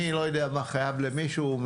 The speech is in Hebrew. אני חייב למישהו,